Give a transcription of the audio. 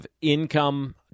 income